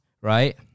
Right